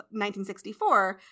1964